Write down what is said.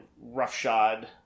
roughshod